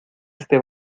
este